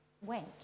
went